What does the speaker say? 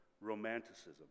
romanticism